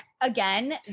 again